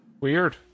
Weird